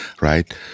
right